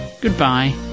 Goodbye